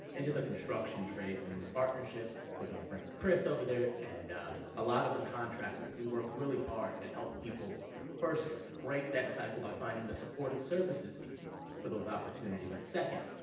into the construction trades, and with partnership with my friend chris over there. and a lot of the contractors, we work really hard to help people first, break that cycle by finding the supportive services for those opportunities, but second,